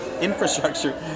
infrastructure